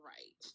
Right